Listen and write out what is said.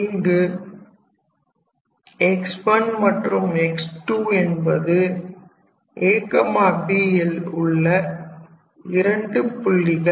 இங்கு x1 மற்றும் x2 என்பது ab ல் உள்ள இரண்டு புள்ளிகள்